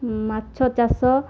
ମାଛ ଚାଷ